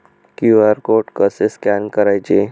QR code कसे scan करायचे?